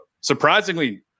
surprisingly